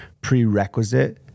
prerequisite